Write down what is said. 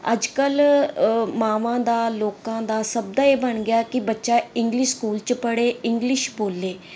ਅੱਜ ਕੱਲ ਮਾਵਾਂ ਦਾ ਲੋਕਾਂ ਦਾ ਸਭ ਦਾ ਇਹ ਬਣ ਗਿਆ ਕਿ ਬੱਚਾ ਇੰਗਲਿਸ਼ ਸਕੂਲ ਚ ਪੜੇ ਇੰਗਲਿਸ਼ ਬੋਲੇ